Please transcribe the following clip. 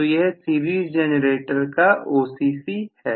तो यह series generator का OCC है